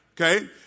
Okay